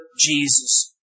Jesus